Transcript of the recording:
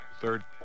third